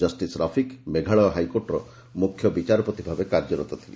justice Rafiq Meghalaya ହାଇକୋର୍ଟର ମୁଖ୍ୟ ବିଚାରପତି ଭାବେ କାର୍ଯ୍ୟରତ ଥିଲେ